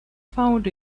found